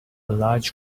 large